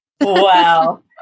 wow